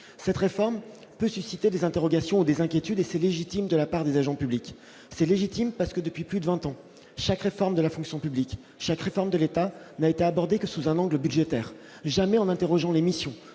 cette réforme peut susciter des interrogations, des inquiétudes et c'est légitime de la part des agents publics, c'est légitime, parce que depuis plus de 20 ans, chaque réforme de la fonction publique, chaque réforme de l'État n'a été abordé que sous un angle budgétaire jamais en interrogeant l'émission